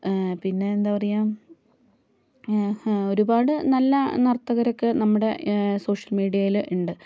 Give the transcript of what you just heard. പിന്നെന്താ പറയുക ഒരുപാട് നല്ല നർത്തകരൊക്കെ നമ്മുടെ സോഷ്യൽ മീഡിയയിൽ ഉണ്ട്